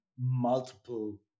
multiple